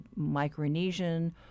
Micronesian